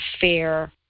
fair